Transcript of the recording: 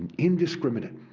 and indiscriminate.